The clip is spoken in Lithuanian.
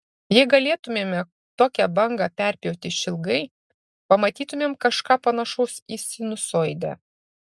jei galėtumėme tokią bangą perpjauti išilgai pamatytumėm kažką panašaus į sinusoidę